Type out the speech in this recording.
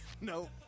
No